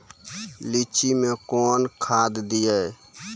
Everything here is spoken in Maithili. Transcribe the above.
लीची मैं कौन खाद दिए?